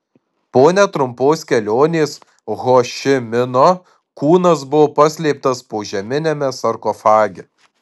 po netrumpos kelionės ho ši mino kūnas buvo paslėptas požeminiame sarkofage